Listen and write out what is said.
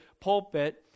pulpit